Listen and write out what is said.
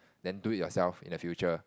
then do it yourself in the future